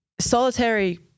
solitary